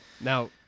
Now